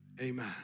Amen